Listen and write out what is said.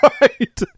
Right